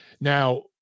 Now